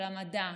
של המדע,